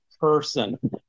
person